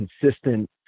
consistent